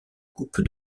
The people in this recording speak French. coupe